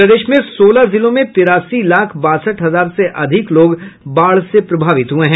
प्रदेश में सोलह जिलों में तिरासी लाख बासठ हजार से अधिक लोग बाढ़ से प्रभावित हुये हैं